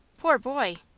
poor boy!